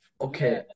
Okay